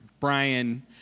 Brian